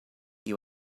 you